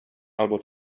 albo